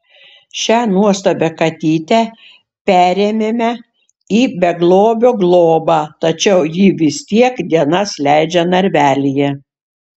šią nuostabią katytę perėmėme į beglobio globą tačiau ji vis tiek dienas leidžia narvelyje